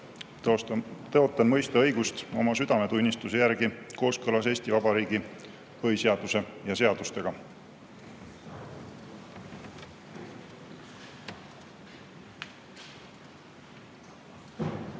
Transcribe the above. Tõotan mõista õigust oma südametunnistuse järgi kooskõlas Eesti Vabariigi põhiseaduse ja seadustega.